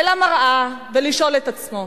אל המראה, ולשאול את עצמו